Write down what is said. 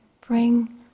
bring